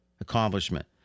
Accomplishment